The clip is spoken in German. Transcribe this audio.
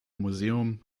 museum